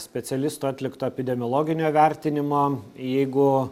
specialistų atlikto epidemiologinio vertinimo jeigu